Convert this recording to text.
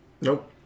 Nope